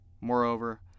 Moreover